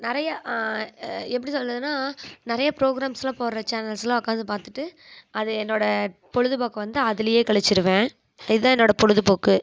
நிறையா எப்படி சொல்கிறதுனா நிறைய ப்ரோகிராம்ஸெலாம் போடுகிற சேனல்ஸெலாம் உட்காந்து பார்த்துட்டு அது என்னோடய பொழுதுபோக்கை வந்து அதுலேயே கழிச்சிடுவேன் இதான் என்னோடய பொழுதுபோக்கு